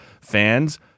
fans